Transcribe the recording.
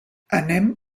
anem